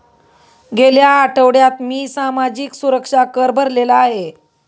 गेल्या आठवड्यात मी सामाजिक सुरक्षा कर भरलेला आहे